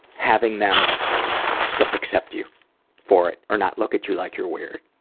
having them still accept you for it or not look at you like you're weird.